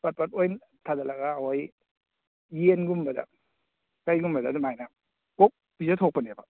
ꯄꯠ ꯄꯠ ꯂꯣꯏ ꯊꯗꯠꯂꯒ ꯑꯩꯈꯣꯏ ꯌꯦꯟꯒꯨꯝꯕꯗ ꯀꯔꯤꯒꯨꯝꯕꯗ ꯑꯗꯨꯃꯥꯏꯅ ꯀꯣꯛ ꯄꯤꯖꯊꯣꯛꯄꯅꯦꯕ